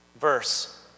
verse